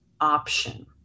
option